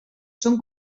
són